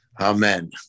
Amen